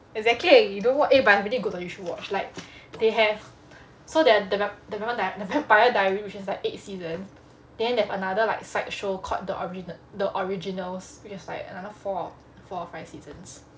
exactly you don't watch eh but it's really good though you should watch like they have so their the the vamp~ the vampire diaries which is like eight seasons then they have another like side show called the ori~ the originals which is another like four or five seasons